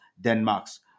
Denmark's